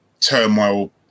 turmoil